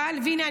והינה,